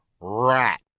rat